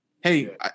Hey